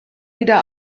wieder